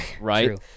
Right